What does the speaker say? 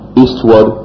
eastward